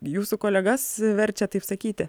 jūsų kolegas verčia taip sakyti